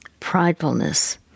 pridefulness